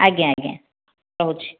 ଆଜ୍ଞା ଆଜ୍ଞା ରହୁଛି